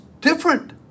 different